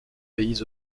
pays